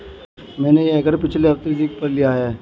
मैंने यह घर पिछले हफ्ते लीजिंग पर लिया है